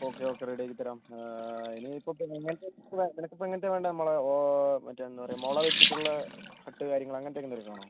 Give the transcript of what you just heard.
okay okay ready ആക്കി തരാം ഇനി ഇപ്പം പിന്നെ എങ്ങനത്തെയാണ് കിട്ടുക നിനക്ക് ഇപ്പം എങ്ങനത്തെയാണ് വേണ്ടത് നമ്മള മറ്റേ എന്താണ് പറയുക മുള വെച്ചിട്ടുള്ള ഹട്ട് കാര്യങ്ങൾ അങ്ങനത്തെ എന്തെങ്കിലും വേണോ